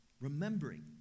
Remembering